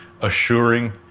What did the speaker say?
assuring